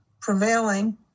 prevailing